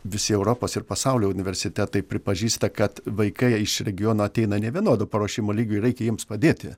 visi europos ir pasaulio universitetai pripažįsta kad vaikai iš regiono ateina nevienodo paruošimo lygio ir reikia jiems padėti